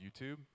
YouTube